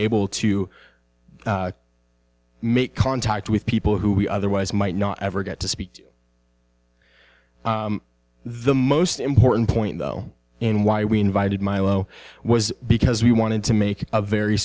able to make contact with people who we otherwise might not ever get to speak to the most important point though and why we invited milo was because we wanted to make a very